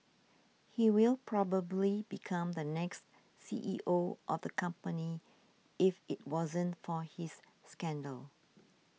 he will probably become the next C E O of the company if it wasn't for his scandal